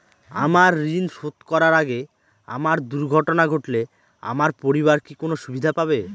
আমার ঋণ শোধ করার আগে আমার দুর্ঘটনা ঘটলে আমার পরিবার কি কোনো সুবিধে পাবে?